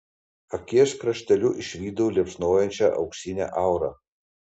akies krašteliu išvydau liepsnojančią auksinę aurą